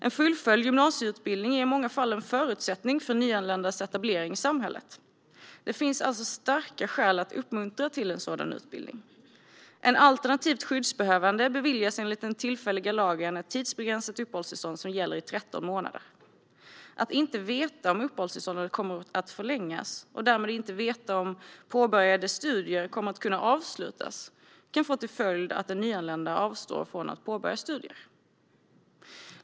En fullföljd gymnasieutbildning är i många fall en förutsättning för nyanländas etablering i samhället. Det finns alltså starka skäl att uppmuntra till sådan utbildning. En alternativt skyddsbehövande beviljas enligt den tillfälliga lagen ett tidsbegränsat uppehållstillstånd som gäller i 13 månader. Att inte veta om uppehållstillståndet kommer att förlängas, och därmed inte veta om påbörjade studier kommer att kunna avslutas, kan få till följd att den nyanlända avstår från att påbörja studier.